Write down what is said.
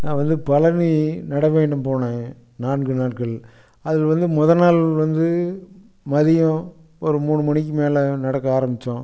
நான் வந்து பழனி நடைபயணம் போனேன் நான்கு நாட்கள் அதில் வந்து மொதல் நாள் வந்து மதியம் ஒரு மூணு மணிக்கு மேலே நடக்க ஆரம்பித்தோம்